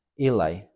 Eli